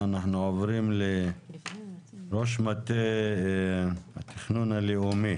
אנחנו עוברים לראש מטה התכנון הלאומי